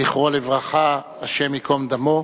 זכרו לברכה, השם ייקום דמו.